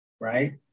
right